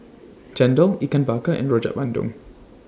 Chendol Ikan Bakar and Rojak Bandung